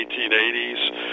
1880s